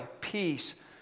peace